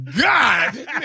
god